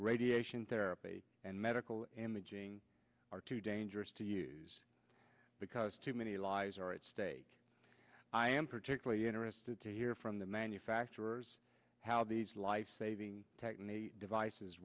radiation therapy and medical imaging are too dangerous to use because too many lives are at stake i am particularly interested to hear from the manufacturers how these life saving techniques devices